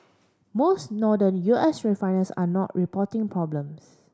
most Northern U S refiners are not reporting problems